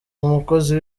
umukozi